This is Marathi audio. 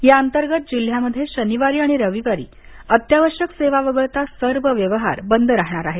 या अंतर्गत जिल्ह्यामध्ये शनिवारी आणि रविवारी अत्यावश्यक सेवा वगळता सर्व व्यवहार बंद राहणार आहेत